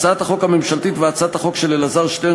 הצעת החוק הממשלתית והצעת החוק של אלעזר שטרן